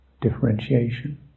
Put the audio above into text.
differentiation